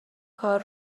کار